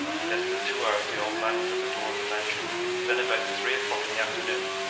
in less than two hours the old man was at the door of the mansion it was then about three o'clock in the afternoon,